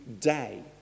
day